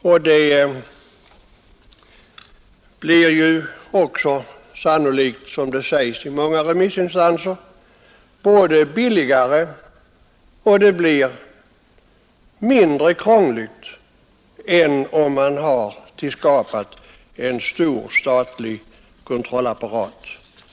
Sannolikt blir det också, som sägs i många remissvar, både billigare och mindre krångligt än om man har tillskapat en stor statlig kontrollapparat.